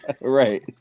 right